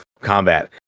combat